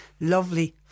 lovely